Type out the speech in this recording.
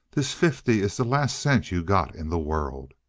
this fifty is the last cent you got in the world!